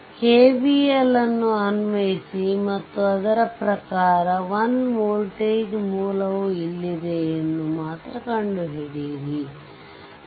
KVLನ್ನು ಅನ್ವಯಿಸಿ ಮತ್ತು ಅದರ ಪ್ರಕಾರ 1 ವೋಲ್ಟೇಜ್ ಮೂಲವು ಇಲ್ಲಿದೆ ಎಂದು ಮಾತ್ರ ಕಂಡುಹಿಡಿಯಿರಿ